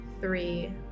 three